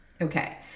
Okay